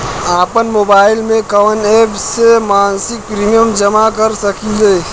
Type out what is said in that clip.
आपनमोबाइल में कवन एप से मासिक प्रिमियम जमा कर सकिले?